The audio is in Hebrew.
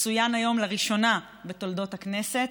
שצוין היום לראשונה בתולדות הכנסת,